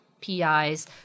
PIs